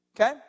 Okay